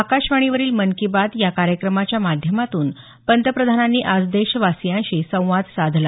आकाशवाणीवरील मन की बात या कार्यक्रमाच्या माध्यमातून पंतप्रधानांनी आज देशवासियांशी संवाद साधला